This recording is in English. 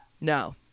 No